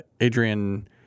Adrian